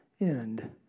end